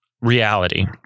reality